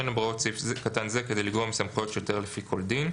(5)אין בהוראת סעיף קטן זה כדי לגרוע מסמכויות שוטר לפי כל דין.